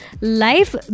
life